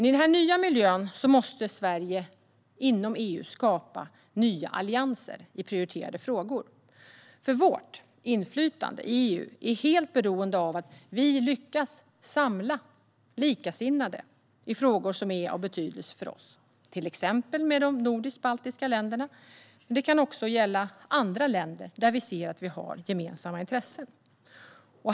I denna nya miljö måste Sverige inom EU skapa nya allianser i prioriterade frågor. Vårt inflytande i EU är nämligen helt beroende av att vi lyckas samla likasinnade i frågor som är av betydelse för oss, till exempel med de nordiska och de baltiska länderna men också med andra länder där vi ser att vi har gemensamma intressen.